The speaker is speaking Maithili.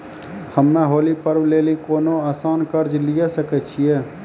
हम्मय होली पर्व लेली कोनो आसान कर्ज लिये सकय छियै?